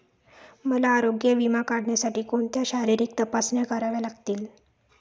मला आरोग्य विमा काढण्यासाठी कोणत्या शारीरिक तपासण्या कराव्या लागतील?